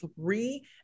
three